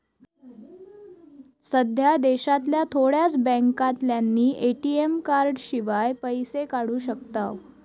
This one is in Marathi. सध्या देशांतल्या थोड्याच बॅन्कांतल्यानी ए.टी.एम कार्डशिवाय पैशे काढू शकताव